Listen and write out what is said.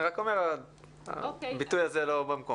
אבל אני רק אומר שהביטוי הזה לא במקומו.